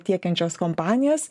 tiekiančios kompanijos